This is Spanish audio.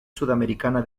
sudamericana